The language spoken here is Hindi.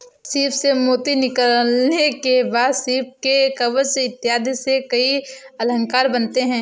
सीप से मोती निकालने के बाद सीप के कवच इत्यादि से कई अलंकार बनते हैं